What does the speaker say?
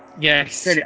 Yes